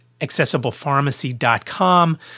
accessiblepharmacy.com